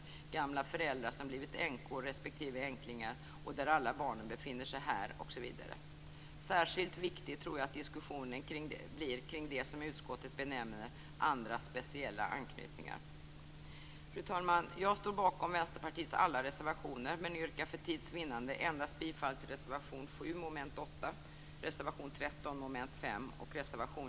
Det kan gälla gamla föräldrar som blivit änkor/änklingar eller att alla barn befinner sig här osv. Särskilt viktig tror jag att diskussionen blir kring det som utskottet benämner "andra speciella anknytningar". Fru talman! Jag står bakom Vänsterpartiets alla reservationer men yrkar för tids vinnande endast bifall till reservation 7 under mom. 8, till reservation